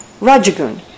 Rajagun